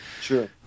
Sure